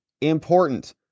important